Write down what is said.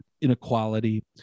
inequality